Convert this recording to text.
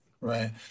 right